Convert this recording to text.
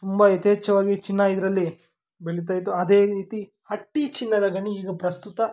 ತುಂಬ ಯಥೇಚ್ಛವಾಗಿ ಚಿನ್ನ ಇದರಲ್ಲಿ ಬೆಳೀತ ಇತ್ತು ಅದೇ ರೀತಿ ಹಟ್ಟಿ ಚಿನ್ನದ ಗಣಿ ಈಗ ಪ್ರಸ್ತುತ